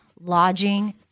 lodging